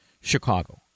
Chicago